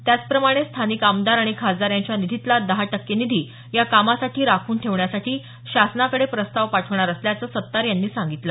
त्याचप्रमाणे स्थानिक आमदार आणि खासदार यांच्या निधीतला दहा टक्के निधी या कामासाठी राखून ठेवण्यासाठी शासनाकडे प्रस्ताव पाठवणार असल्याचं सत्तार यांनी सांगितलं